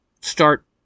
start